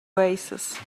oasis